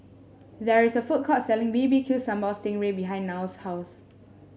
there is a food court selling B B Q Sambal Sting Ray behind Nile's house